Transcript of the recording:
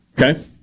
okay